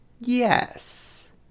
Yes